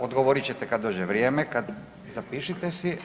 Odgovorit ćete kada dođe vrijeme, zapišite se.